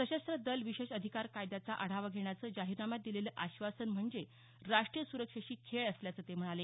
सशस्त्र दल विशेष अधिकार कायद्याचा आढावा घेण्याचं जाहीरनाम्यात दिलेलं आश्वासन म्हणजे राष्ट्रीय सुरक्षेशी खेळ असल्याचं ते म्हणाले